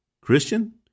Christian